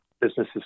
businesses